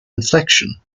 inflection